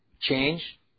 change